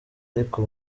ariko